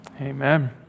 Amen